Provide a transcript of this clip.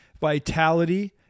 vitality